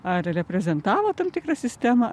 ar reprezentavo tam tikrą sistemą